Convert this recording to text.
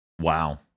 Wow